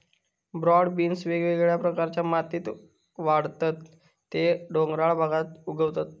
broad beans वेगवेगळ्या प्रकारच्या मातीत वाढतत ते डोंगराळ भागात उगवतत